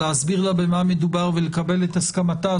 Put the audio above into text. להסביר לה במה מדובר ולקבל את הסכמתה,